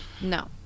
No